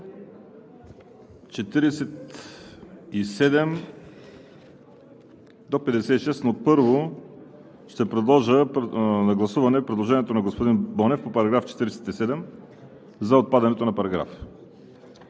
47 – 56, но първо ще подложа на гласуване предложението на господин Бонев по § 47 – за отпадането на параграфа.